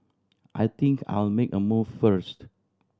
I think I'll make a move first